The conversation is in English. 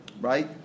right